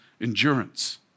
Endurance